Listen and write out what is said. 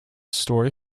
story